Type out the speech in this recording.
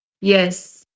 yes